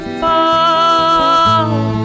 fall